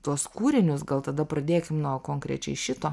tuos kūrinius gal tada pradėkim nuo konkrečiai šito